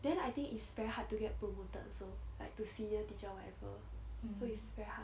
then I think it's very hard to get promoted also like to senior teacher or whatever so it's very hard